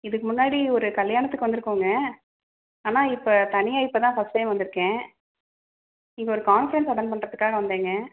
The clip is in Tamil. இதுக்கு முன்னாடி ஒரு கல்யாணத்துக்கு வந்து இருக்கோங்க ஆனால் இப்போ தனியாக இப்போதான் ஃபர்ஸ்ட் டைம் வந்து இருக்கேன் இங்கே ஒரு கான்ஃப்ரன்ஸ் அட்டன் பண்ணுறதுக்காக வந்தேங்க